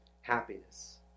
happiness